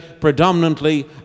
predominantly